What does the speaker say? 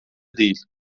değil